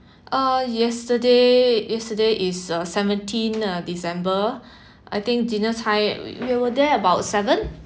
uh yesterday yesterday is uh seventeen december I think dinner time we were there about seven